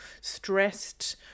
stressed